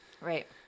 Right